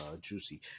juicy